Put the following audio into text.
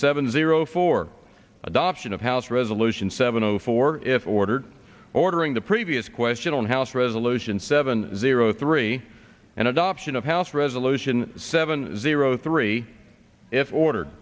seven zero for adoption of house resolution seven zero four if ordered ordering the previous question on house resolution seven zero three and adoption of house resolution seven zero three if order